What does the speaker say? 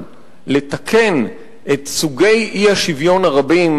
לתקן במשהו את סוגי האי-שוויון הרבים